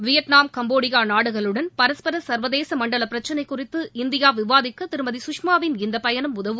Vietnam Cambodia நாடுகளுடன் பரஸ்பர சர்வதேச மண்டல பிரச்சனை குறித்து இந்தியா விவாதிக்க திருமதி சுஷ்மாவின் இந்த பயணம் உதவும்